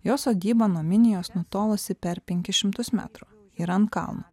jos sodyba nuo minijos nutolusi per penkis šimtus metrų ir ant kalno